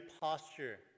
posture